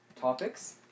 Topics